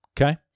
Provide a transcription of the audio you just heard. okay